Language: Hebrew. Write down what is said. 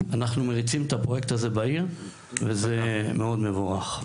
אנחנו מריצים את הפרויקט הזה בעיר וזה מאוד מבורך.